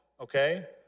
Okay